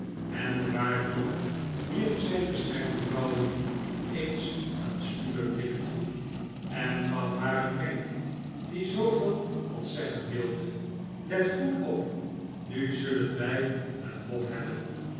en de waarde man wierp zijn beschermvrouwen eens een sluwen blik toe en gaf haar een wenk die zooveel als zeggen wilde let goed op nu zullen wij een mop hebben